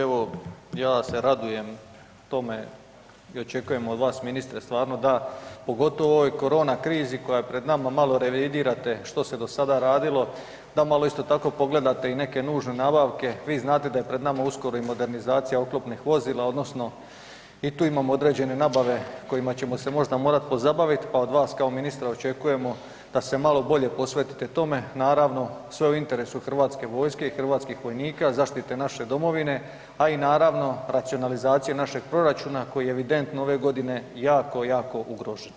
Evo, ja se radujem tome i očekujem od vas ministre stvarno da, pogotovo u ovoj korona krizi koja je pred nama, malo revidirate što se do sada radilo, da malo isto tako pogledate i neke nužne nabavke, vi znate da je pred nama uskoro i modernizacija oklopnih vozila odnosno i tu imamo određene nabave kojima ćemo se možda morat pozabavit, a od vas kao ministra očekujemo da se malo bolje posvetite tome, naravno sve u interesu HV-a i hrvatskih vojnika, zaštite naše domovine, a i naravno racionalizacije našeg proračuna koji je evidentno ove godine jako, jako ugrožen.